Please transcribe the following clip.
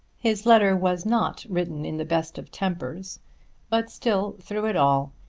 his letter was not written in the best of tempers but still, through it all,